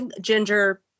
ginger